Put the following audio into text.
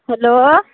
hello